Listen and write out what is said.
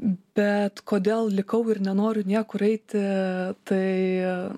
bet kodėl likau ir nenoriu niekur eiti tai